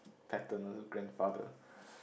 paternal grandfather